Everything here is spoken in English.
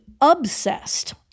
obsessed